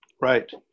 Right